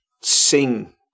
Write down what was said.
sing